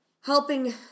helping